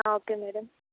okay madam